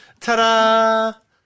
Ta-da